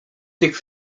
tych